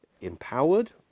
empowered